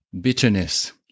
Bitterness